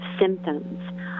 symptoms